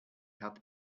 hat